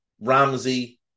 Ramsey